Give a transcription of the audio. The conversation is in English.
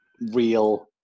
real